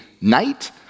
night